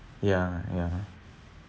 ya ya